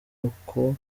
uko